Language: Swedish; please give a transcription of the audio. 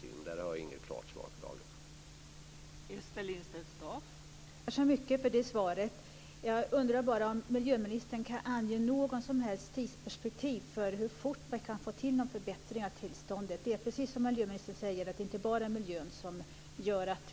I fråga om detta har jag inget klart svar för dagen.